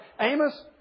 Amos